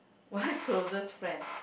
one closest friend